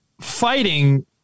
fighting